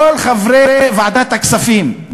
כל חברי ועדת הכספים,